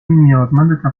نیازمند